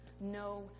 no